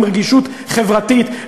עם רגישות חברתית,